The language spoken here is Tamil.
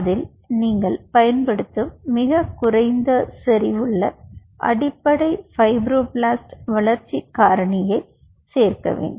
அதில் நீங்கள் பயன்படுத்தும் மிகக் குறைந்த செறிவுள்ள அடிப்படை ஃபைப்ரோபிளாஸ்ட் வளர்ச்சி காரணி நீங்கள் சேர்க்க வேண்டும்